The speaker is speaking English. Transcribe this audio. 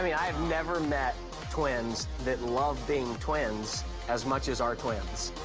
mean, i have never met twins that love being twins as much as our twins.